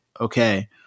Okay